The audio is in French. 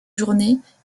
journées